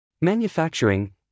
manufacturing